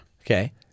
Okay